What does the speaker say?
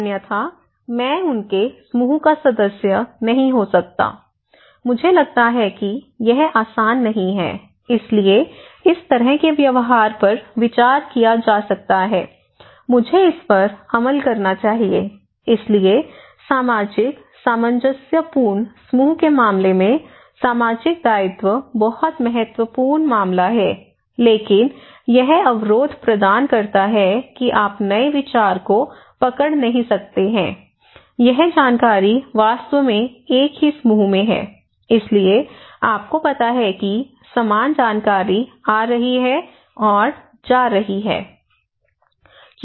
अन्यथा मैं उनके समूह का सदस्य नहीं हो सकता मुझे लगता है कि यह आसान नहीं है इसलिए इस तरह के व्यवहार पर विचार किया जा सकता है मुझे इस पर अमल करना चाहिए इसलिए सामाजिक सामंजस्यपूर्ण समूह के मामले में सामाजिक दायित्व बहुत महत्वपूर्ण मामला है लेकिन यह अवरोध प्रदान करता है कि आप नए विचार को पकड़ नहीं सकते हैं यह जानकारी वास्तव में एक ही समूह में है इसलिए आपको पता है कि समान जानकारी आ रही है और जा रही है